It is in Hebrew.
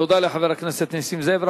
תודה לחבר הכנסת נסים זאב.